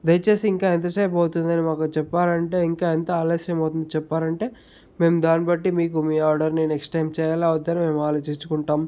దయచేసి ఇంకా ఎంతసేపు అవుతుంది అని మాకు చెప్పారంటే ఇంకా ఎంత ఆలస్యం అవుతుంది చెప్పారంటే మేము దాన్ని బట్టి మీకు మీ ఆర్డర్ని నెక్స్ట్ టైం చేయాలా వద్దా అని మేము ఆలోచించుకుంటాం